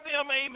amen